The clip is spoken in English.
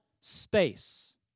space